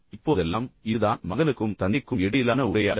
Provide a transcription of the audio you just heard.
இப்போதெல்லாம் இது தான் மகனுக்கும் தந்தைக்கும் இடையிலான உரையாடல்